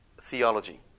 theology